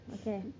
Okay